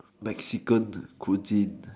Mexican cuisine